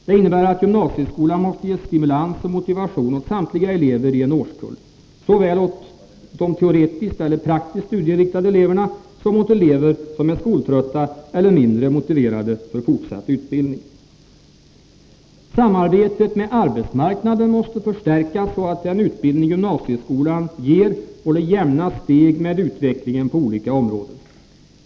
Det innebär att gymnasieskolan måste ge stimulans och motivation åt samtliga elever i en årskull — såväl åt de teoretiskt eller praktiskt studieinriktade eleverna som åt elever som är skoltrötta eller mindre motiverade för fortsatt utbildning. Samarbetet med arbetsmarknaden måste förstärkas, så att den utbildning gymnasieskolan ger håller jämna steg med utvecklingen på olika områden.